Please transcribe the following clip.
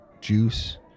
juice